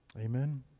Amen